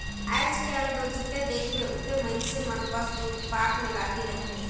आएज काएल दो जिते देखबे उते मइनसे मन बस लूटपाट में लगिन अहे